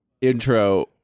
intro